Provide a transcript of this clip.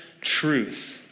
truth